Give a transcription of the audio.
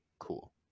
Cool